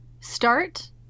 start